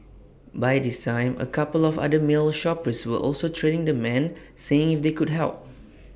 by this time A couple of other male shoppers were also trailing the man seeing if they could help